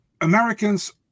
Americans